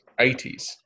80s